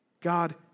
God